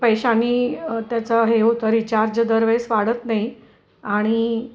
पैशानी त्याचं हे होतं रिचार्ज दरवेळेस वाढत नाही आणि